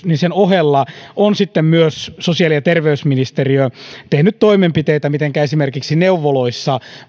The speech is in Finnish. niin sen ohella on sitten myös sosiaali ja terveysministeriö tehnyt toimenpiteitä mitenkä esimerkiksi neuvoloissa